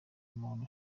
umuntu